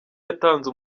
yatanze